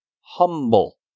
humble